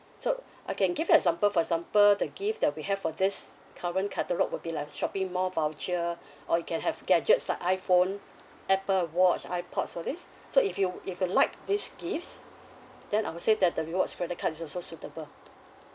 so I can give you example for example the gifts that we have for this current catalogue will be like shopping mall voucher or you can have gadgets like iPhone Apple watch iPods all these so if you if you like these gifts then I would say that the rewards credit card is also suitable